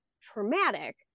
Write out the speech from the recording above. traumatic